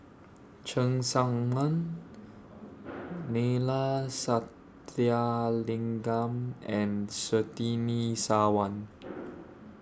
Cheng Tsang Man Neila Sathyalingam and Surtini Sarwan